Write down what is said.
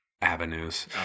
avenues